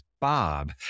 Bob